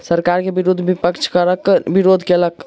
सरकार के विरुद्ध विपक्ष करक विरोध केलक